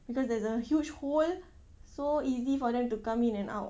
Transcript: because there's a huge hole so easy for them to come in and out